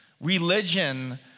Religion